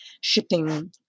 shipping